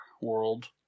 World